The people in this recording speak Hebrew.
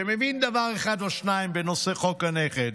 שמבין דבר אחד או שניים בנושא חוק הנכד,